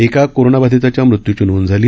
एका कोरोनाबाधिताच्या मृत्यूची नोंद झाली